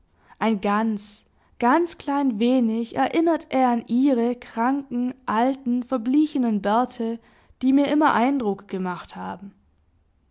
ein ganz ganz klein wenig erinnert er an ihre kranken alten verblichenen bärte die mir immer eindruck gemacht haben